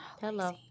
Hello